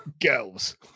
Girls